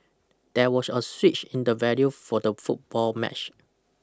there was a switch in the venue for the football match